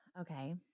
Okay